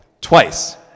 Twice